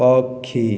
ପକ୍ଷୀ